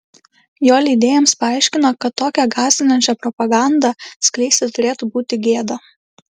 jo leidėjams paaiškino kad tokią gąsdinančią propagandą skleisti turėtų būti gėda